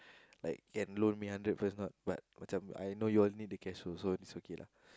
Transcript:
like yeah loan me hundred first not but macam I know you only the cash rule so it's okay lah